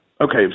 Okay